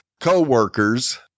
co-workers